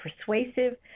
persuasive